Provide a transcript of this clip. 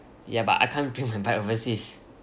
ya but I can't bring my bike overseas